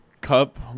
Cup